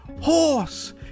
horse